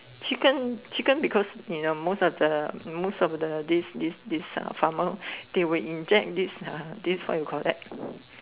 chicken chicken because you know most of the most of the this this this uh farmer they will inject this uh this what you call that